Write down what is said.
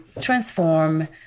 transform